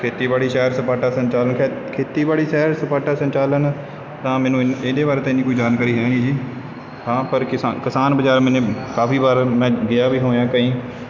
ਖੇਤੀਬਾੜੀ ਸੈਰ ਸਪਾਟਾ ਸੰਚਾਲਨ ਖੇ ਖੇਤੀਬਾੜੀ ਸੈਰ ਸਪਾਟਾ ਸੰਚਾਲਨ ਤਾਂ ਮੈਨੂੰ ਇ ਇਹਦੇ ਬਾਰੇ ਤਾਂ ਨਹੀਂ ਕੋਈ ਜਾਣਕਾਰੀ ਹੈ ਨਹੀਂ ਜੀ ਹਾਂ ਪਰ ਕਿਸਾਨ ਕਿਸਾਨ ਬਾਜ਼ਾਰ ਮੇਨੇ ਕਾਫੀ ਬਾਰ ਮੈਂ ਗਿਆ ਵੀ ਹੋਇਆ ਕਈ